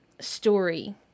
story